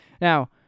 Now